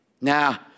Now